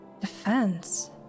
Defense